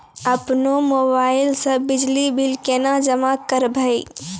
अपनो मोबाइल से बिजली बिल केना जमा करभै?